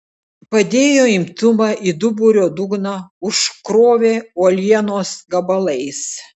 padėjo imtuvą į duburio dugną užkrovė uolienos gabalais